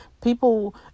people